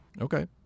Okay